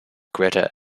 greta